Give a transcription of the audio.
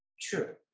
true